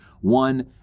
one